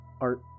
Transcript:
art